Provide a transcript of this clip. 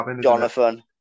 Jonathan